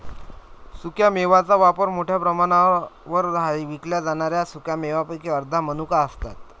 सुक्या मेव्यांचा वापर मोठ्या प्रमाणावर आहे विकल्या जाणाऱ्या सुका मेव्यांपैकी अर्ध्या मनुका असतात